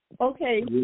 Okay